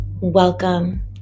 Welcome